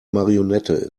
marionette